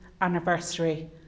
anniversary